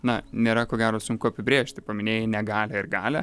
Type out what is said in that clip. na nėra ko gero sunku apibrėžti paminėjai negalią ir galią